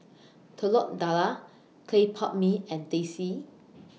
Telur Dadah Clay Pot Mee and Teh C